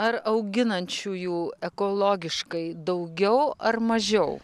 ar auginančiųjų ekologiškai daugiau ar mažiau